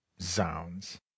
Zounds